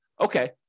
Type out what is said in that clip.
okay